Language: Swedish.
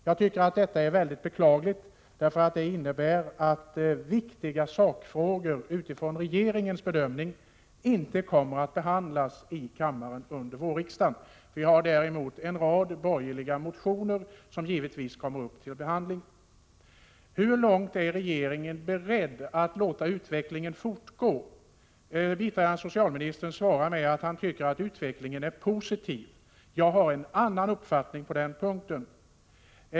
Jag tycker att det är mycket beklagligt, eftersom det innebär att viktiga sakfrågor utifrån regeringens bedömning inte kommer att behandlas i kammaren under vårriksdagen. Däremot har vi en rad borgerliga motioner som kommer upp till behandling. Hur långt är regeringen beredd att låta utvecklingen fortgå? Biträdande socialministern svarar att han tycker att utvecklingen är positiv. Jag har en annan uppfattning än socialministern på den punkten.